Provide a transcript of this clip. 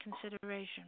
consideration